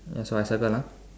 ya so I circle ah